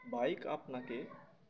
bike আপনাকে